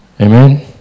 Amen